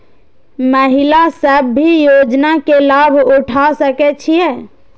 महिला सब भी योजना के लाभ उठा सके छिईय?